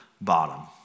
bottom